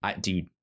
Dude